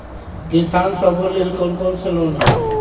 किसान सवे लेल कौन कौन से लोने हई?